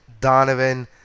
Donovan